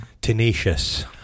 Tenacious